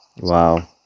Wow